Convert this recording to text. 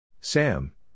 Sam